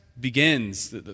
Begins